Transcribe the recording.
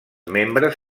membres